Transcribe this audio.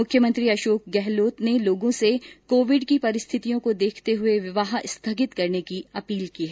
मुख्यमंत्री अशोक गहलोत ने लोगों से कोविड की परिस्थितियों को देखते हुए विवाह स्थगित करने की अपील की है